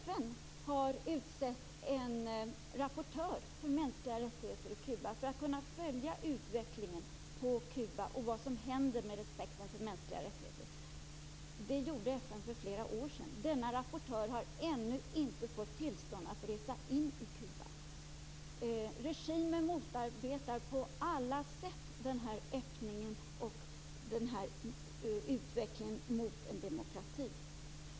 FN har utsett en rapportör för mänskliga rättigheter i Kuba för att kunna följa utvecklingen och vad som händer med respekten för mänskliga rättigheter. Det gjorde FN för flera år sedan. Denna rapportör har ännu inte fått tillstånd att resa in i Kuba. Regimen motarbetar på alla sätt den här öppningen och utvecklingen mot en demokrati.